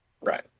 right